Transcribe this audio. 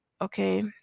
okay